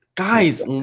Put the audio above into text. Guys